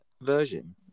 Version